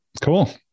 Cool